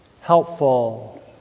helpful